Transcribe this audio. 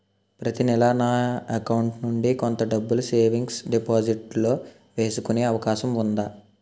ప్రతి నెల నా అకౌంట్ నుండి కొంత డబ్బులు సేవింగ్స్ డెపోసిట్ లో వేసుకునే అవకాశం ఉందా?